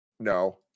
No